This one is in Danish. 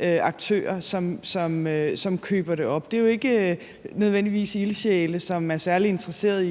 aktører, som køber det op. Det er jo ikke nødvendigvis ildsjæle, som er særlig interesserede